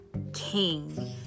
King